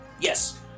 Yes